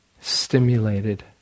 stimulated